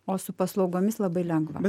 o su paslaugomis labai lengva